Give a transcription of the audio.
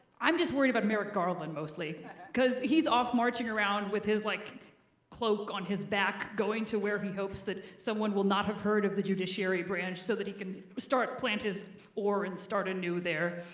i'm just worried about merrick garland mostly because he's off marching around with his like cloak on his back going to where he hopes that someone will not have heard of the judiciary branch so that he can start plant his ore and start anew there.